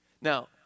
Now